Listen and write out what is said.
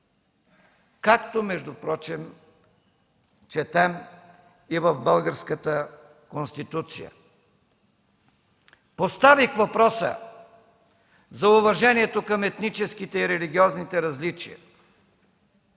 както впрочем четем и в Българската конституция. Поставих въпроса за уважението към етническите и религиозните различия,